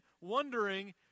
wondering